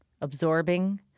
absorbing